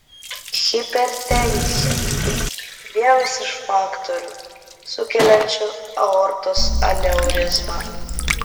hipertenzija vienas iš faktorių sukeliančių aortos aneurizmą